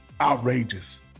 outrageous